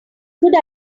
could